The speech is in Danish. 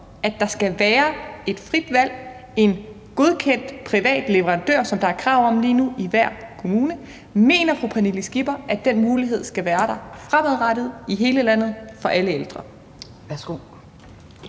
at der skal være et frit valg, en godkendt privat leverandør, som der er krav om lige nu, i hver kommune, og mener fru Pernille Skipper, at den mulighed skal være der fremadrettet i hele landet for alle ældre? Kl.